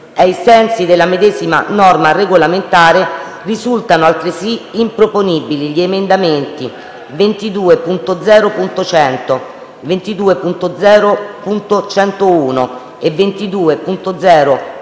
Ai sensi della medesima norma regolamentare, risultano altresì improponibili gli emendamenti 22.0.100, 22.0.101 e 22.0.102,